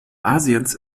asiens